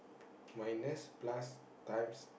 minus plus times